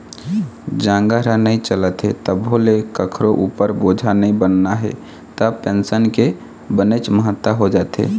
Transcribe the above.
जांगर ह नइ चलत हे तभो ले कखरो उपर बोझा नइ बनना हे त पेंसन के बनेच महत्ता हो जाथे